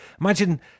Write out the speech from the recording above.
imagine